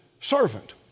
servant